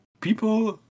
people